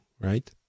right